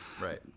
right